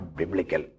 biblical